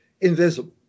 invisible